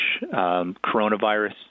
coronavirus